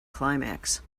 climax